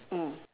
mm